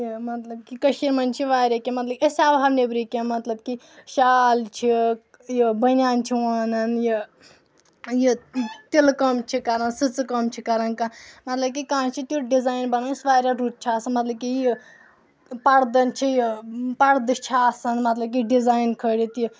مطلب کہِ کٔشیٖرِ منٛز چھِ واریاہ کینٛہہ مطلب أسۍ ہؠوہو نیٚبرٕ کینٛہہ مطلب کہِ شال چھِ یہِ بَنیان چھِ ونن یہِ تِلہٕ کٲم چھِ کَران سٕژٕ کٲم چھِ کَران کانہہ مطلب کہِ کانٛہہ چھِ تیُتھ ڈِزایِن بَنان یُس واریاہ رُت چھِ آسان مطلب کہِ یہِ پَردَن چھِ یہِ پردٕ چھِ آسان مطلب کہِ ڈِزایِن کھٲلِتھ یہِ